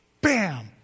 Bam